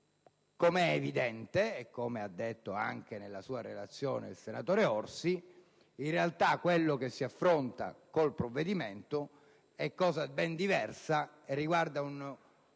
Come è evidente - e come ha detto anche il relatore, senatore Orsi - in realtà, ciò che si affronta con il provvedimento è cosa ben diversa e riguarda un